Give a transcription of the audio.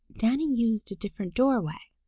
danny used a different doorway.